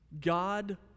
God